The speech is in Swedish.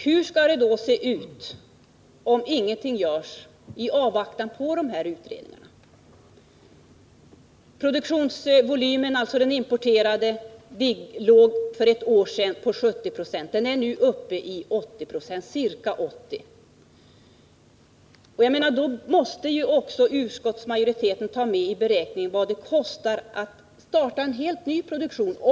Hur kommer det att se ut, om ingenting görs i avvaktan på dessa utredningar? Importandelen i konsumtionsvolymen låg för ett år sedan på 70 20. Den är nu uppe i ca 80 90. Utskottsmajoriteten måste ta med i beräkningen vad det kostar att starta en helt ny produktion.